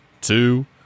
two